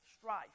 strife